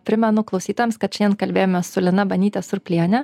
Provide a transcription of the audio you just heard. primenu klausytojams kad šiandien kalbėjomės su lina banyte surpliene